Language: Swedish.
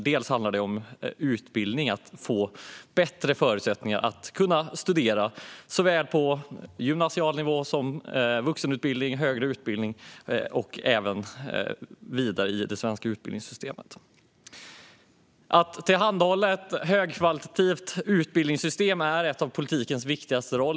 Det handlar bland annat om utbildning och att ge bättre förutsättningar att studera såväl på gymnasial nivå som i vuxenutbildning, högre utbildning och även vidare i det svenska utbildningssystemet. Att tillhandahålla ett högkvalitativt utbildningssystem är en av politikens viktigaste roller.